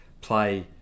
Play